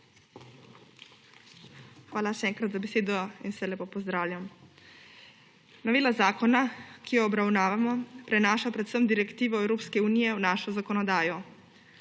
Hvala še enkrat za besedo in vse lepo pozdravljam. Novela zakona, ki jo obravnavamo, prenaša predvsem direktivo Evropske unije v našo zakonodajo.